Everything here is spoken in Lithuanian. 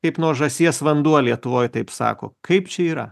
kaip nuo žąsies vanduo lietuvoj taip sako kaip čia yra